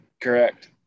correct